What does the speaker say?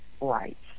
rights